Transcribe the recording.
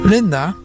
Linda